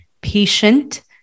patient